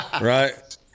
right